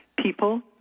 people